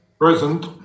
Present